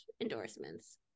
endorsements